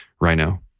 Rhino